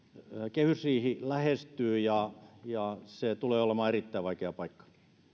kehysriihi lähestyy ja ja se tulee olemaan erittäin vaikea paikka